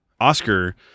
Oscar